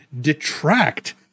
detract